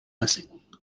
missing